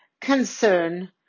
concern